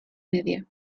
media